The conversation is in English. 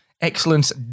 Excellence